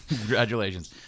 Congratulations